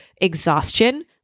exhaustion